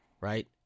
right